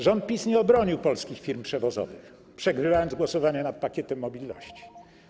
Rząd PiS nie obronił polskich firm przewozowych, przegrywając głosowanie nad pakietem mobilności.